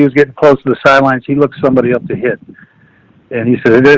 he was getting close to the sidelines, he looked somebody up to hit and he said,